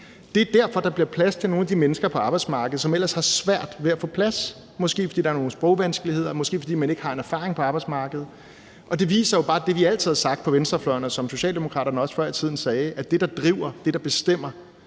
Det er derfor, der bliver plads til nogle af de mennesker på arbejdsmarkedet, som ellers har svært ved at få plads. Måske fordi der er nogle sprogvanskeligheder, måske fordi man ikke har en erfaring på arbejdsmarkedet. Og det viser jo bare det, vi altid har sagt fra venstrefløjens side, og som Socialdemokraterne også før i tiden sagde, nemlig at det, der driver, det, der bestemmer,